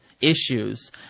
issues